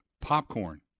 popcorn